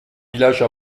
village